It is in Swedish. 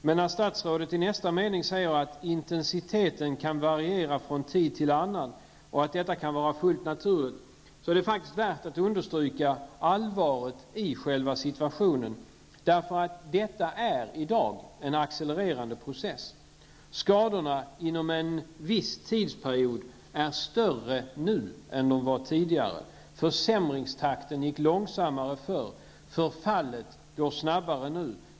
Men när statsrådet i nästa mening säger att ''intensiteten -- kan variera från tid till annan'' och att detta kan vara ''fullt naturligt'', är det faktiskt värt att understryka allvaret i situationen. Detta är i dag en accelererande process. Skadorna inom en viss tidsperiod är större nu än de var tidigare. Försämringstakten gick långsammare förr. Förfallet går snabbare nu.